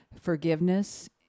forgiveness